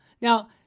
Now